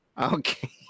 okay